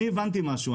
אני הבנתי משהו.